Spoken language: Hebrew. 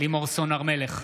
לימור סון הר מלך,